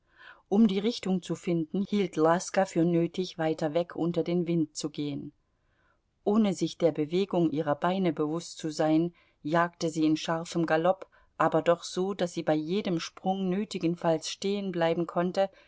um die richtung zu finden hielt laska für nötig weiter weg unter den wind zu gehen ohne sich der bewegung ihrer beine bewußt zu sein jagte sie in scharfem galopp aber doch so daß sie bei jedem sprung nötigenfalls stehenbleiben konnte